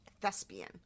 thespian